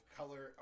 color